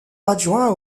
adjoint